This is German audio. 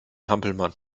hampelmann